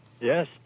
yes